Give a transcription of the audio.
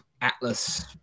Atlas